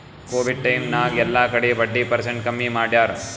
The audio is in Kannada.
ಕೋವಿಡ್ ಟೈಮ್ ನಾಗ್ ಎಲ್ಲಾ ಕಡಿ ಬಡ್ಡಿ ಪರ್ಸೆಂಟ್ ಕಮ್ಮಿ ಮಾಡ್ಯಾರ್